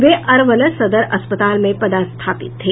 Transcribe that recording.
वे अरवल सदर अस्पताल में पदस्थापित थे